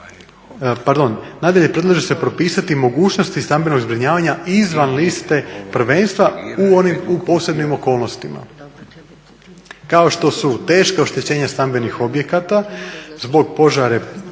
nadalje predlaže se propisati mogućnosti stambenog zbrinjavanja izvan liste prvenstva u posebnim okolnostima kao što su teška oštećenja stambenih objekata zbog požara,